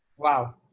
Wow